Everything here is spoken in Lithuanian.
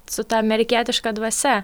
su ta amerikietiška dvasia